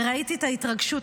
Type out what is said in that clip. וראיתי את ההתרגשות,